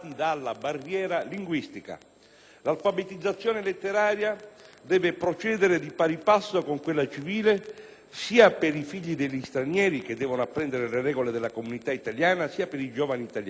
L'alfabetizzazione letteraria deve procedere di pari passo con quella civile, sia per i figli degli stranieri, che devono apprendere le regole della comunità italiana, sia per i giovani italiani. Ciò rilevato,